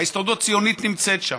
ההסתדרות הציונית נמצאת שם,